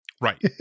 Right